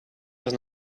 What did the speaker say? was